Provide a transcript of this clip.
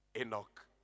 Enoch